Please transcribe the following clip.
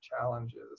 challenges